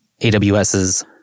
AWS's